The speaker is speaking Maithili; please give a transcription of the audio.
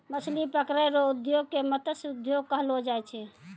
मछली पकड़ै रो उद्योग के मतस्य उद्योग कहलो जाय छै